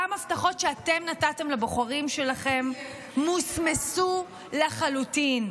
גם הבטחות שאתם נתתם לבוחרים שלכם מוסמסו לחלוטין,